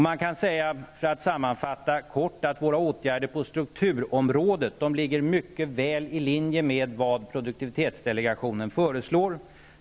Man kan kort sammanfatta detta att våra åtgärder på strukturområdet ligger mycket väl i linje med vad produktivitetsdelegationen föreslår.